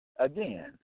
Again